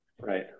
Right